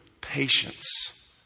Patience